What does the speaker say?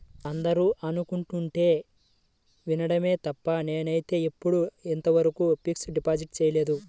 అందరూ అనుకుంటుంటే వినడమే తప్ప నేనైతే ఎప్పుడూ ఇంతవరకు ఫిక్స్డ్ డిపాజిట్ చేయలేదు